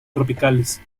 tropicales